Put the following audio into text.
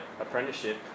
apprenticeship